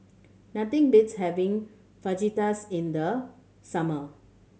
nothing beats having Fajitas in the summer